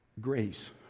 grace